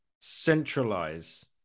centralize